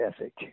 ethic